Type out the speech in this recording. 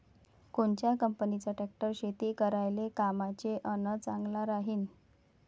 कोनच्या कंपनीचा ट्रॅक्टर शेती करायले कामाचे अन चांगला राहीनं?